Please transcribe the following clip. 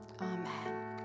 Amen